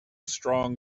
strong